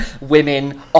Women